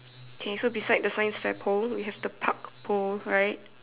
okay so beside the science fair pole we have the park pole right